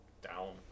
down